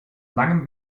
langem